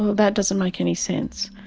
that doesn't make any sense.